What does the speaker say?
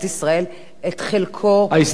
ההסתדרות נרתמה,